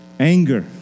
Anger